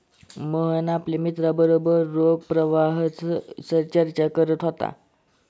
मोहन आपल्या मित्रांबरोबर रोख प्रवाहावर चर्चा करत होता